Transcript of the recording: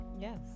Yes